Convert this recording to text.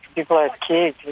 people are kicked,